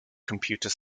computer